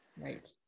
Right